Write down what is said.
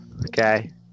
Okay